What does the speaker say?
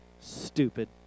Stupid